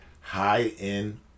high-end